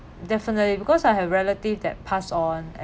definitely because I have relatives that pass on